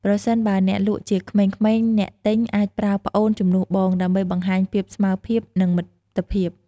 ប្រសិនបើអ្នកលក់ជាក្មេងៗ អ្នកទិញអាចប្រើ "ប្អូន" ជំនួស “បង” ដើម្បីបង្ហាញភាពស្មើភាពនិងមិត្តភាព។